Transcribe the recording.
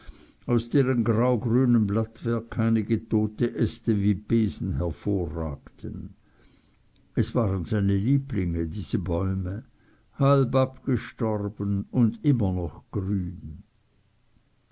aus deren graugrünem blattwerk einige tote äste wie besen hervorragten es waren seine lieblinge diese bäume halb abgestorben und immer noch grün